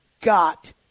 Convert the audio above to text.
got